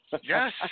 Yes